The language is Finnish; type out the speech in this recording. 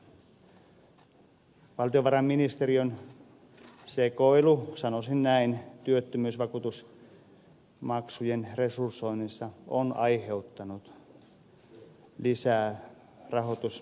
valtiovarainministeriön sekoilu sanoisin näin työttömyysvakuutusmaksujen resursoinnissa on aiheuttanut lisää rahoitusongelmia